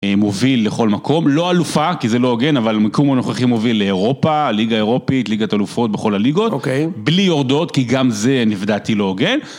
מוביל לכל מקום, לא אלופה, כי זה לא הוגן, אבל מקום הנוכחים מוביל לאירופה, ליגה אירופית, ליגת אלופות בכל הליגות. אוקיי. בלי יורדות, כי גם זה נבדעתי לא הוגן.